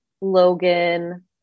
Logan